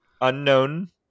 unknown